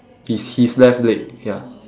it's his left leg ya ya